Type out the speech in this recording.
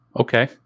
Okay